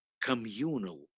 communal